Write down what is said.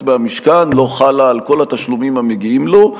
מהמשכן לא חלה על כל התשלומים המגיעים לו,